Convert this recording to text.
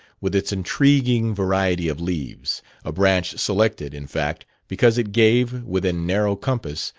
with its intriguing variety of leaves a branch selected, in fact, because it gave, within narrow compass,